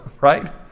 right